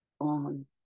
on